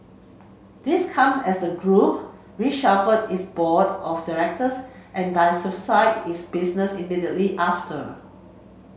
this comes as the group reshuffled its board of directors and diversified its business immediately after